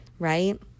right